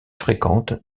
fréquente